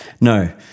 No